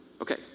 Okay